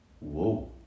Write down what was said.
Whoa